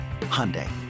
Hyundai